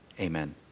Amen